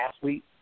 athlete